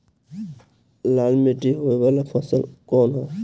लाल मीट्टी में होए वाला फसल कउन ह?